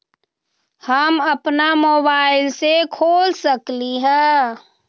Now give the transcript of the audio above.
हम अपना मोबाइल से खोल सकली ह?